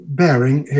bearing